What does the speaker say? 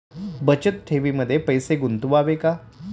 बचत ठेवीमध्ये पैसे गुंतवावे का?